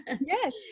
Yes